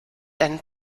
ein